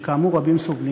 שכאמור, רבים סובלים,